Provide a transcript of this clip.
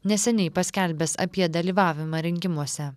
neseniai paskelbęs apie dalyvavimą rinkimuose